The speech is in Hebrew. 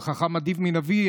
וחכם עדיף מנביא,